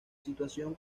situación